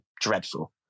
dreadful